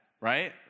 right